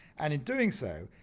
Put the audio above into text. and in doing so,